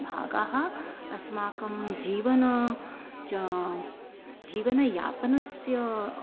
भागाः अस्माकं जीवने च जीवनयापनस्य